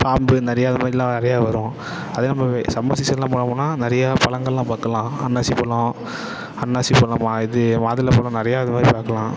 பாம்பு நிறையா அதுமாதிரிலாம் நிறையா வரும் அதேமாதிரி சம்மர் சீசனெலாம் போனோமுன்னால் நிறையா பழங்களெலாம் பார்க்கலாம் அன்னாசி பழம் அன்னாசி பழமா இது மாதுளை பழம் நிறையா இதுமாதிரி பார்க்கலாம்